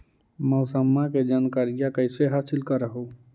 मौसमा के जनकरिया कैसे हासिल कर हू?